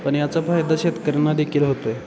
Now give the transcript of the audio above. पण याचा फायदा शेतकऱ्यांना देखील होत आहे